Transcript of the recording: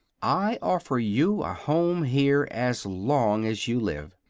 i offer you a home here as long as you live.